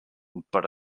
but